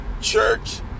church